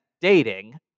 dating